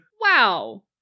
Wow